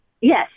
Yes